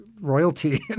royalty